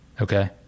Okay